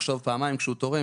לחשוב פעמיים כשהוא תורם,